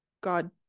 God